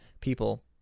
people